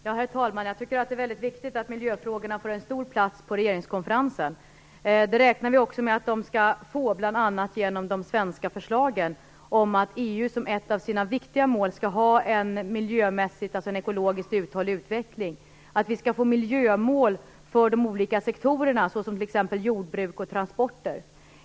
Herr talman! Jag tycker att det är väldigt viktigt att miljöfrågorna får stor plats på regeringskonferensen. Det räknar vi också med att de skall få, bl.a. genom de svenska förslagen om att ett av EU:s viktigaste mål skall vara en ekologiskt uthållig utveckling och om att EU skall få miljömål för de olika sektorerna, t.ex. jordbruk och transporter.